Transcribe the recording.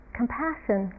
compassion